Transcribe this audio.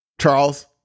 Charles